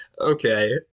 Okay